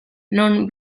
non